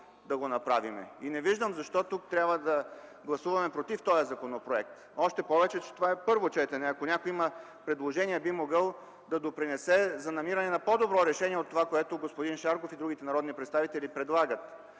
да го направим. Не виждам защо тук трябва да гласуваме против този законопроект. Още повече, че това е първо четене! Ако някой има предложение, би могъл да допринесе за намирането на по-добро решение от това, което господин Шарков и другите народни представители предлагат.